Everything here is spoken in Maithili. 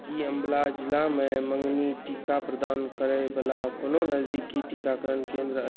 की अम्ब्ला जिलामे मँगनी टीका प्रदान करयवला कोनो नजदीकी टीकाकरण केन्द्र अछि